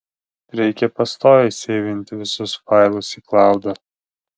reikia pastoviai seivinti visus failus į klaudą